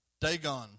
Dagon